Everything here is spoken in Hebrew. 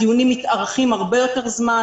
הדיונים מתארכים הרבה יותר זמן,